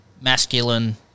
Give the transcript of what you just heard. masculine